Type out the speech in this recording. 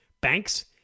banks